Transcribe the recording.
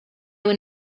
were